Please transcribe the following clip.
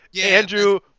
Andrew